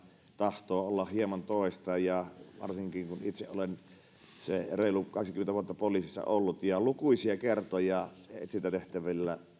tahtoo olla hieman toista varsinkin kun itse olen sen reilut kaksikymmentä vuotta poliisissa ollut ja lukuisia kertoja etsintätehtävillä